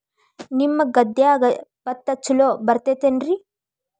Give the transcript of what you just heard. ನಿಮ್ಮ ಗದ್ಯಾಗ ಭತ್ತ ಛಲೋ ಬರ್ತೇತೇನ್ರಿ?